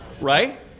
right